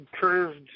curved